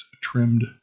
trimmed